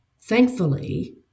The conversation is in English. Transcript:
thankfully